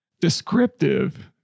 descriptive